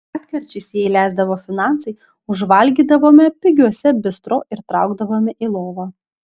retkarčiais jei leisdavo finansai užvalgydavome pigiuose bistro ir traukdavome į lovą